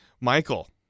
Michael